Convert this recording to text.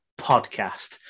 Podcast